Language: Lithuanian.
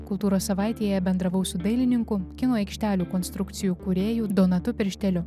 kultūros savaitėje bendravau su dailininku kino aikštelių konstrukcijų kūrėju donatu piršteliu